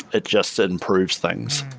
it just ah improves things.